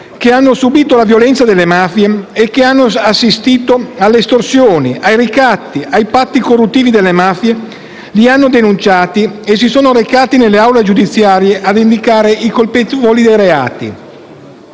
che hanno subito la violenza delle mafie o che hanno assistito alle estorsioni, ai ricatti, ai patti corruttivi delle mafie, li hanno denunciati e si sono recati nelle aule giudiziarie ad indicare i colpevoli di quei reati.